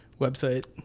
website